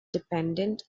dependent